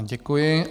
Děkuji.